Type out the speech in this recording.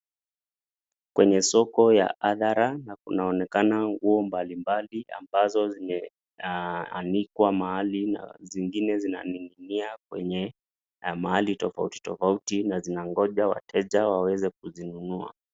Kwenye soko ya hadhara na kunonekana nguo mbalimbali ambazo zimeanikwa mahali na zingine zinaning'inia kwenye mahali tofauti tofauti na zinangoja wateja waweze kuzinunua.